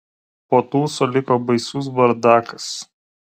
po tūso liko baisus bardakas